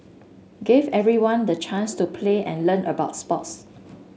gave everyone the chance to play and learn about sports